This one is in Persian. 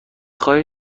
خواهید